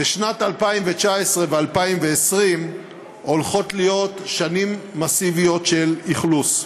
והשנים 2019 ו-2020 הולכות להיות שנים של אכלוס מסיבי.